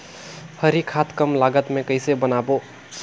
हरी खाद कम लागत मे कइसे बनाबो?